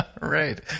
Right